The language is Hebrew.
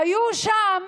היו שם